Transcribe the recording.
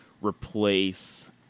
replace